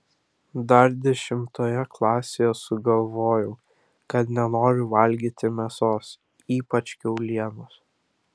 dar dešimtoje klasėje sugalvojau kad nenoriu valgyti mėsos ypač kiaulienos